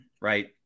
right